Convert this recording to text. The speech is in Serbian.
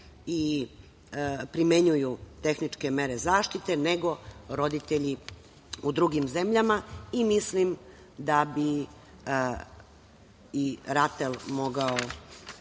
i primenjuju tehničke mere zaštite nego roditelji u drugim zemljama. Mislim da bi i RATEL mogao